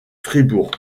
fribourg